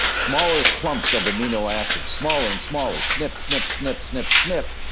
smaller clamps of amino acids, smaller, and smaller, snip, snip, snip, snip, snip,